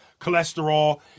cholesterol